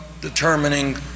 determining